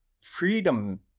freedom